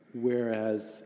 Whereas